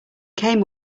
came